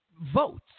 votes